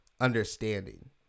understanding